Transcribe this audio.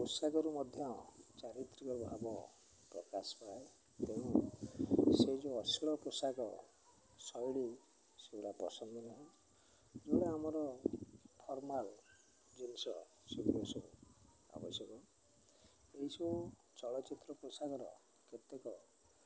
ପୋଷାକରୁ ମଧ୍ୟ ଚାରିତ୍ରିକ ଭାବ ପ୍ରକାଶ ପାଏ ତେଣୁ ସେ ଯେଉଁ ଅଶ୍ଳୀଳ ପୋଷାକ ଶୈଳୀ ସେଗୁଡ଼ା ପସନ୍ଦ ନାହେଁ ଯେଉଁଗୁଡ଼ା ଆମର ଫର୍ମାଲ ଜିନିଷ ସେଗୁଡ଼ା ସବୁ ଆବଶ୍ୟକ ଏହିସବୁ ଚଳଚ୍ଚିତ୍ର ପୋଷାକର କେତେକ